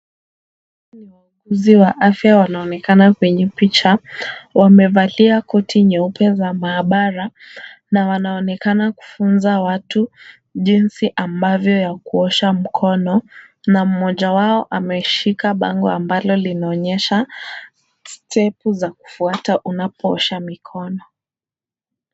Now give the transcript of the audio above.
Hawa ni wauguzi wa afya wanaonekana kwenye picha. Wamevalia koti nyeupe za maabara na wanaonekana kufunza watu jinsi ambavyo ya kuosha mkono na mmoja wao ameshika bango ambalo linaonyesha step za kufuata unapoosha mikono.